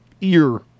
Ear